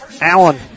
Allen